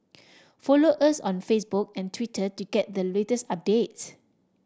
follow us on Facebook and Twitter to get the latest updates